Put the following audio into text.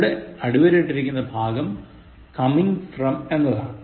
ഇവിടെ അടിവരയിട്ടിരിക്കുന്ന ഭാഗം coming from എന്നതാണ്